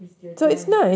it's their joy